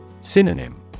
Synonym